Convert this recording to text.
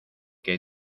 que